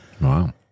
Wow